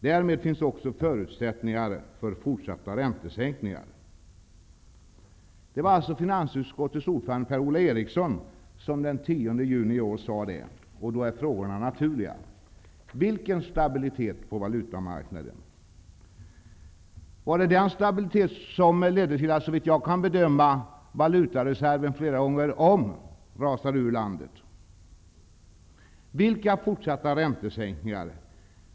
Därmed finns det också förutsättningar för fortsatta räntesänkningar --.'' Eriksson som den 10 juni i år sade detta. Då är frågorna naturliga: Vilken stabilitet på valutamarknaden? Var det den stabiliteten som gjorde att, såvitt jag kan bedömma, valutareserven flera gånger om rasade ur landet? Vilka fortsatta räntesänkningar?